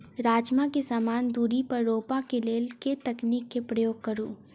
राजमा केँ समान दूरी पर रोपा केँ लेल केँ तकनीक केँ प्रयोग करू?